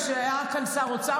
מה, איך יכול להיות?